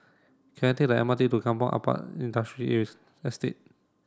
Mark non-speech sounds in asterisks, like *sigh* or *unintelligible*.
can I take the M R T to Kampong Ampat Industrial *unintelligible* Estate